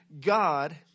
God